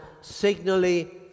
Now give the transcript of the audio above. signally